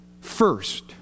first